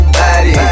body